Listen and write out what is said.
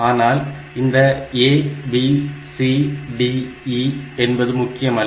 அதாவது இந்த A B C D E என்பது முக்கியமல்ல